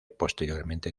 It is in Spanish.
posteriormente